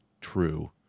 true